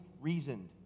reasoned